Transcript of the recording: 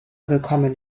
gekommen